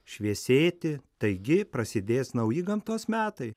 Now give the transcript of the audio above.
šviesėti taigi prasidės nauji gamtos metai